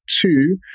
two